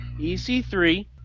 EC3